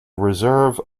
reserve